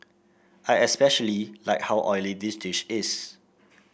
I especially like how oily the dish is